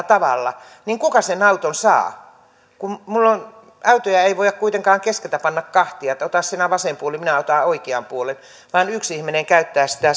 tavalla niin kuka sen auton saa autoja ei voida kuitenkaan keskeltä panna kahtia että ota sinä vasen puoli minä otan oikean puolen vaan yksi ihminen käyttää sitä